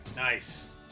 Nice